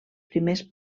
primers